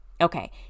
okay